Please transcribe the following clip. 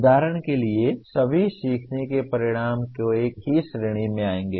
उदाहरण के लिए सभी सीखने के परिणाम एक ही श्रेणी में आएंगे